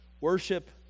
worship